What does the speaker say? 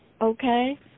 okay